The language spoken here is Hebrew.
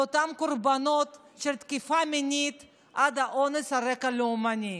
לאותם קורבנות של תקיפה מינית עד אונס על רקע לאומני.